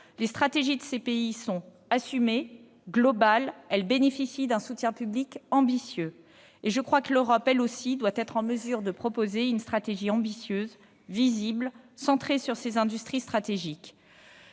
Les stratégies de ces pays sont assumées, globales, et bénéficient d'un soutien public ambitieux. À mon sens, l'Europe doit, elle aussi, être en mesure de proposer une stratégie ambitieuse, visible, centrée sur ses industries stratégiques.